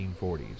1940s